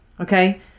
okay